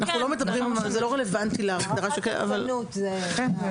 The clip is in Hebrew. זה לא רלוונטי להגדרה של כלב מסוכן.